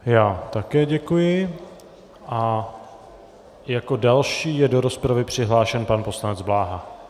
Já také děkuji a jako další je do rozpravy přihlášen pan poslanec Bláha.